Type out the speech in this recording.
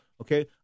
okay